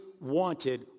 wanted